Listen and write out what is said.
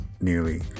nearly